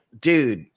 dude